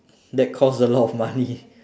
that cost a lot of money